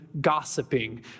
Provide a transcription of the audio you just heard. gossiping